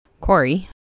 Corey